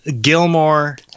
Gilmore